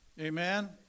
Amen